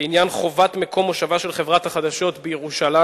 בעניין חובת מקום מושבה של חברת החדשות בירושלים,